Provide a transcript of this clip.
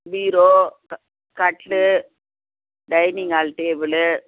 பீரோ கட்டிலு dining hall table